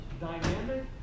dynamic